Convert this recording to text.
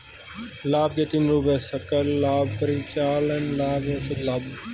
लाभ के तीन रूप हैं सकल लाभ, परिचालन लाभ और शुद्ध लाभ